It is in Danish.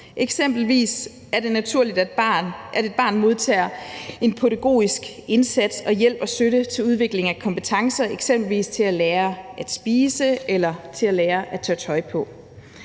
Eksempelvis er det naturligt, at et barn modtager en pædagogisk indsats og hjælp og støtte til udvikling af kompetencer til eksempelvis at lære at spise eller tage tøj på.